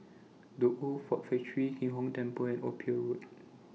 The Old Ford Factory Kim Hong Temple and Ophir Road